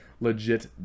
legit